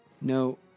No